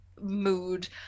mood